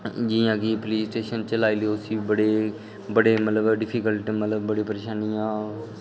जि'यां कि police station च लाई लैओ कि बड़े मतलब डिफिकल्ट मतलब कि बड़ी परेशानियां